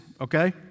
okay